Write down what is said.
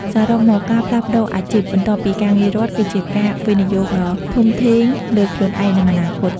សរុបមកការផ្លាស់ប្តូរអាជីពបន្ទាប់ពីការងាររដ្ឋ គឺជាការវិនិយោគដ៏ធំធេងលើខ្លួនឯង និងអនាគត។